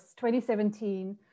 2017